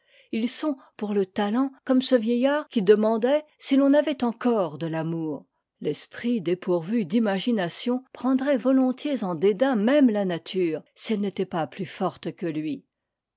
ils sont pour le talent comme ce vieillard qui demandait si l'on avait encore de fommm l'esprit dépourvu d'imagination prendrait volontiers en dédain même la nature si elle n'était pas plus forte que lui